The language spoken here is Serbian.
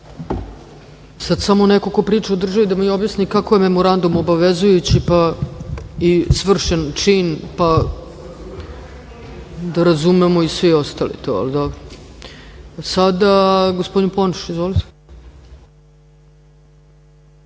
Sad samo neko ko priča o državi da mi objasni kako je memorandum obavezujući i svršen čin, pa da razumemo i svi ostali to. Reč ima gospodin Ponoš. Izvolite.